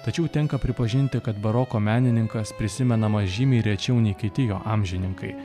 tačiau tenka pripažinti kad baroko menininkas prisimenamas žymiai rečiau nei kiti jo amžininkai